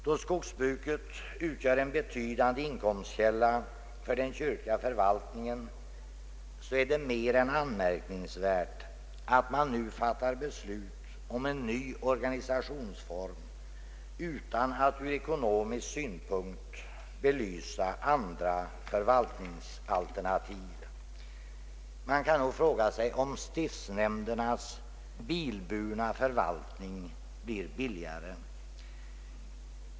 Då skogsbruket utgör en betydande inkomstkälla för den kyrkliga förvaltningen, är det mer än anmärkningsvärt att man nu fattar beslut om en ny organisationsform utan att ur ekonomisk synpunkt belysa andra förvaltningsalternativ. Frågan är, om stiftshämndernas bilburna förvaltning blir billigare.